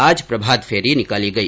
आज प्रभात फेरी निकाली गई